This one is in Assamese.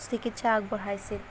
চিকিৎসা আগবঢ়াইছিল